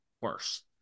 worse